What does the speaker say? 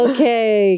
Okay